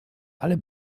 ale